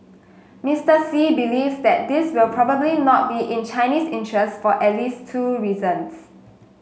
Mister Xi believes that this will probably not be in Chinese interests for at least two reasons